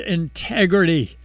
integrity